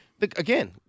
again